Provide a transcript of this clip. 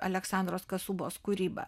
aleksandros kasubos kūryba